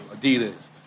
Adidas